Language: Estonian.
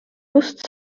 just